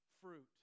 fruit